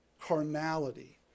carnality